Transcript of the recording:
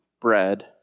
bread